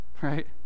right